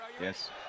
Yes